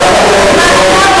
לא?